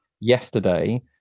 yesterday